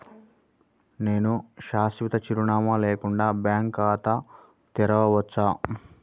నేను శాశ్వత చిరునామా లేకుండా బ్యాంక్ ఖాతా తెరవచ్చా?